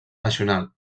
nacional